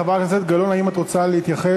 חברת הכנסת גלאון, האם את רוצה להתייחס?